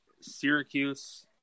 Syracuse